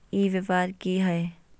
ई व्यापार की हाय?